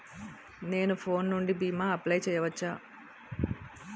నేను ఫోన్ నుండి భీమా అప్లయ్ చేయవచ్చా?